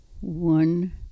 one